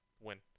win